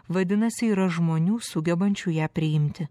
vadinasi yra žmonių sugebančių ją priimti